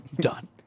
Done